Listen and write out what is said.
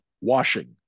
washing